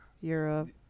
Europe